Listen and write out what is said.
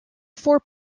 four